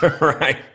Right